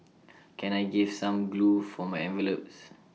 can I gave some glue for my envelopes